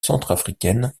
centrafricaine